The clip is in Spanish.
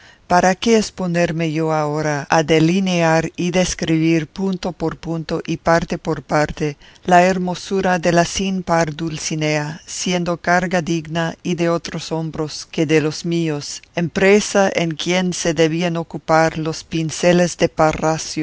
para qué es ponerme yo ahora a delinear y describir punto por punto y parte por parte la hermosura de la sin par dulcinea siendo carga digna de otros hombros que de los míos empresa en quien se debían ocupar los pinceles de parrasio